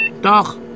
Doch